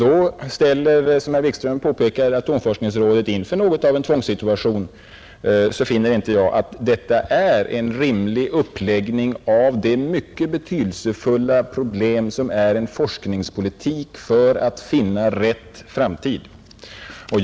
Då ställdes, som herr Wikström påpekade, atomforskningsrådet inför något av en tvångssituation. Jag finner inte detta vara en rimlig uppläggning av det mycket betydelsefulla allmänna problem som frågan om hur man genom forskningspolitiken skall finna rätt framtid utgör.